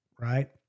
right